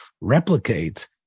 replicate